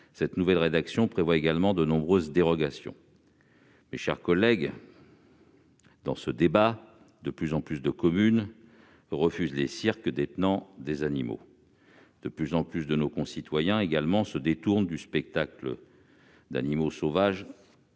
Cette nouvelle rédaction prévoit également de nombreuses dérogations. Mes chers collègues, de plus en plus de communes refusent d'accueillir des cirques détenant des animaux ; de plus en plus de nos concitoyens se détournent du spectacle d'animaux sauvages,